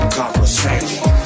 Conversation